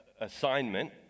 assignment